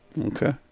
Okay